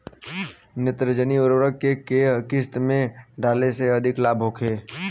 नेत्रजनीय उर्वरक के केय किस्त में डाले से अधिक लाभ होखे?